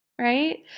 right